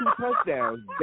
touchdowns